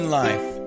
life